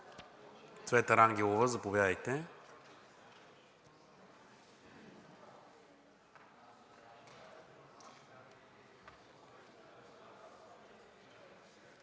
Цвета Рангелова, заповядайте.